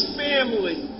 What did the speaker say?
family